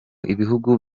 ibihugu